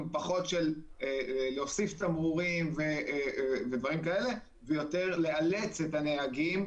להוסיף תמרורים ודברים כאלה ויותר לאלץ את הנהגים